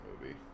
movie